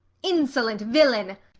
insolent villain!